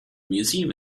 museum